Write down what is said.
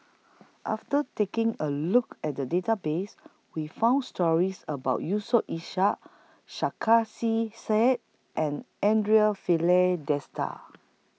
after taking A Look At The Database We found stories about Yusof Ishak Sarkasi Said and Andre Filipe